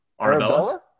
Arabella